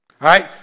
right